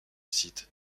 site